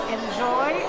enjoy